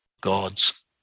God's